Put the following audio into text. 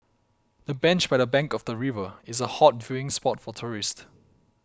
the bench by the bank of the river is a hot viewing spot for tourists